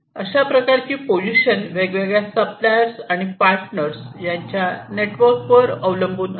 अशाप्रकारची पोझिशन वेगवेगळ्या सप्लायर्स आणि पार्टनर्स यांच्या नेटवर्कवर अवलंबून असते